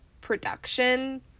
production